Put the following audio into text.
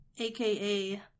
aka